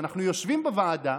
אנחנו יושבים בוועדה,